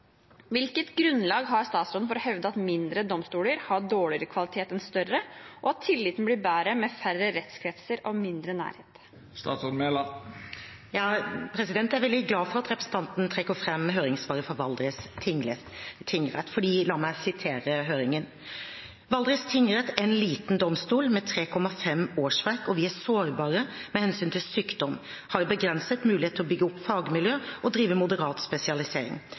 Hvilket grunnlag har statsråden for å hevde at mindre domstoler har dårligere kvalitet enn større, og at tilliten blir bedre med færre rettskretser og mindre nærhet?» Jeg er veldig glad for at representanten trekker fram høringssvaret fra Valdres tingrett, for la meg sitere fra høringen: «Valdres tingrett er en liten domstol og med 3,5 årsverk er vi sårbare med hensyn til sykdom, har begrenset mulighet til å bygge opp fagmiljø og drive moderat spesialisering.